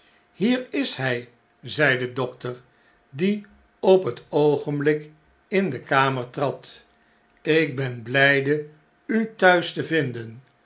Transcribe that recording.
hier is hij zei de dokter die op het oogenblik in de kamer trad ik ben blpe u thuis te vinden